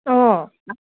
অঁ